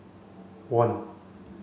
one